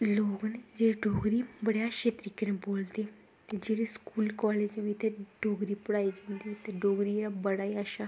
लोग न जेह्ड़े डोगरी बड़ी अच्छी तरीकै कन्नै बोल्लदे न ते जेह्ड़े स्कूल कॉलेज़ दे डोगरी पढ़ाई जंदी ते डोगरी दा बड़ा ई अच्छा